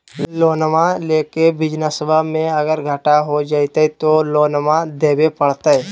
लोनमा लेके बिजनसबा मे अगर घाटा हो जयते तो लोनमा देवे परते?